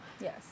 Yes